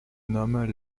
nomment